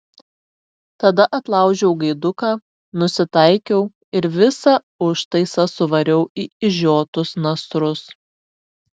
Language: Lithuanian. tada atlaužiau gaiduką nusitaikiau ir visą užtaisą suvariau į išžiotus nasrus